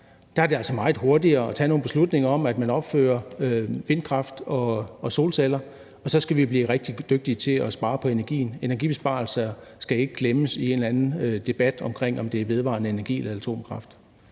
Der er det altså meget hurtigere at tage nogle beslutninger om, at man opfører vindkraft og solceller, og så skal vi blive rigtig dygtige til at spare på energien. Energibesparelser skal ikke glemmes i en eller anden debat om vedvarende energi eller atomkraft.